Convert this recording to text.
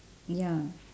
ya